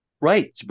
Right